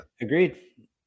Agreed